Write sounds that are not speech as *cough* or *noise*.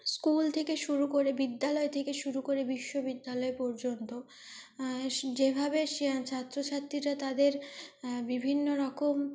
school থেকে শুরু করে বিদ্যালয় থেকে শুরু করে বিশ্ববিদ্যালয় পর্যন্ত *unintelligible* যেভাবে *unintelligible* ছাত্রছাত্রীরা তাদের বিভিন্ন রকম